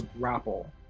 grapple